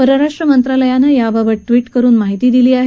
परराष्ट्र मंत्रालयानं याबाबत ट्वीट करून माहिती दिली आहे